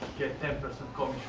get ten percent